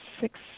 six